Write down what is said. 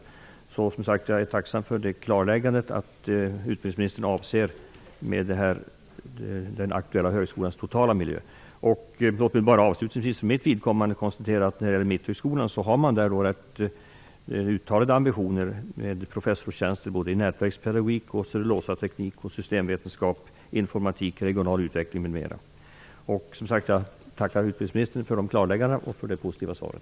Jag är som sagt tacksam för klarläggandet att utbildningsministern avser den aktuella högskolans totala miljö. Låt mig bara avslutningsvis konstatera att man vid Mitthögskolan har uttalade ambitioner att inrätta professorstjänster för nätverkspedagogik, cellulosateknik, systemvetenskap, informatik och regional utveckling m.m. Jag tackar utbildningsministern för de klarlägganden jag har fått och det positiva svaret.